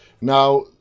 Now